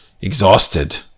exhausted